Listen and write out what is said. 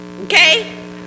Okay